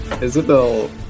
Isabel